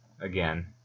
again